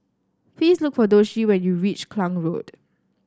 please look for Doshie when you reach Klang Road